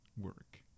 work